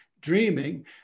dreaming